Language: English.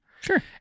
Sure